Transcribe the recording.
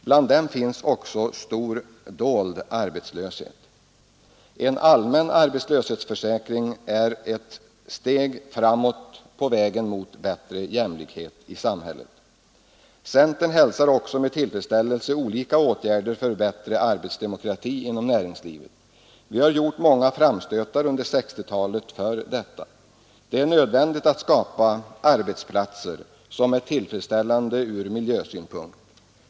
Bland dem finns också stor dold arbetslöshet. En allmän arbetslöshetsförsäkring är ett steg framåt på vägen mot bättre jämlikhet i samhället. Centern hälsar också med tillfredsställelse olika åtgärder för bättre arbetsdemokrati inom näringslivet. Vi har under 1960-talet gjort många framstötar för detta. Det är nödvändigt att skapa arbetsplatser som är tillfredsställande ur miljösynpunkt.